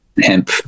hemp